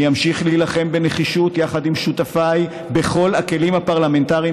אני אמשיך להילחם בנחישות יחד עם שותפיי בכל הכלים הפרלמנטריים